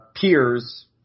peers